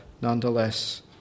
nonetheless